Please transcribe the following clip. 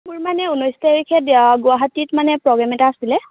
মোৰ মানে ঊনৈছ তাৰিখে গুৱাহাটীত মানে প্ৰগ্ৰেম এটা আছিলে